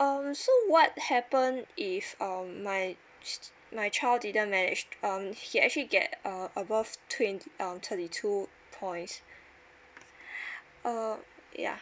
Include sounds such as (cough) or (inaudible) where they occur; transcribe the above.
um so what happen if um my chi~ my child didn't managed um he actually get uh above twen~ um thirty two points (breath) uh ya